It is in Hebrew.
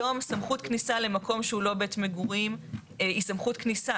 היום סמכות כניסה למקום שהוא לא בית מגורים היא סמכות כניסה.